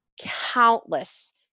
countless